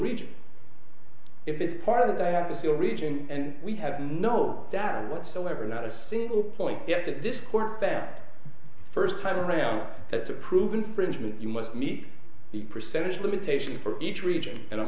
region if it's part of the i have to feel region and we have no that whatsoever not a single point yet this court that first time around that's a prove infringement you must meet the percentage limitation for each region and i'm